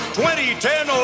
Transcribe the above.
2010